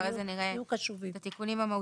אחרי זה נראה את התיקונים המהותיים,